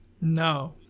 No